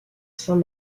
saint